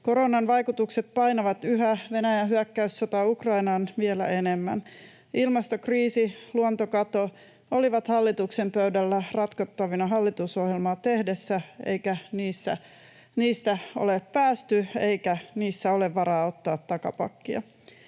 Koronan vaikutukset painavat yhä, Venäjän hyökkäyssota Ukrainaan vielä enemmän. Ilmastokriisi ja luontokato olivat hallituksen pöydällä ratkottavina hallitusohjelmaa tehtäessä, eikä niistä ole päästy eikä niissä ole varaa ottaa takapakkia.